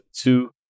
two